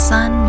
Sun